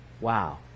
Wow